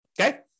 Okay